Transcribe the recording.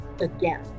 again